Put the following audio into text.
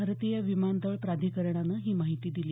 भारतीय विमानतळ प्राधिकरणानं ही माहिती दिली